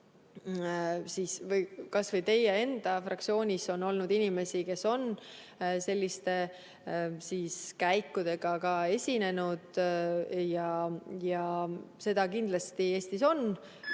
kas või teie enda fraktsiooniski, on olnud inimesi, kes on selliste [mõtte]käikudega esinenud. Seda kindlasti Eestis on,